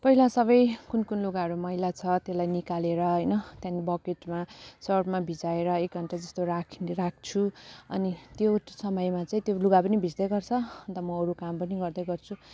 पहिला सबै कुन कुन लुगाहरू मैला छ त्यसलाई निकालेर होइन त्यहाँदेखि बकेटमा सर्फमा भिजाएर एक घन्टा जस्तो राख राख्छु अनि त्यो समयमा चाहिँ त्यो लुगा पनि भिज्दै गर्छ अन्त म अरू काम पनि गर्दै गर्छु